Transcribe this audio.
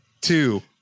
two